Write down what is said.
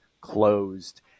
closed